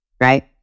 right